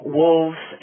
wolves